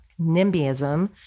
nimbyism